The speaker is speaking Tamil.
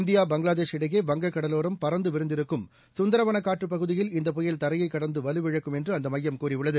இந்தியா பங்களாதேஷ் இடையே வங்கக்கடலோரம் பரந்து விரிந்திருக்கும் கந்தரவனக்காட்டுப் பகுதியில் இந்த புயல் தரையைக் கடந்து வலுவிழக்கும் என்று அந்த மையம் கூறியுள்ளது